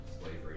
slavery